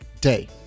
day